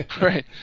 Right